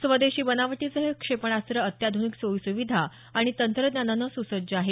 स्वदेशी बनावटीचं हे क्षेपणास्त्र अत्याध्निक सोयीसुविधा आणि तंत्रज्ञानानं सुसज्ज आहे